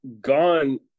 gone